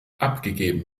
abgegeben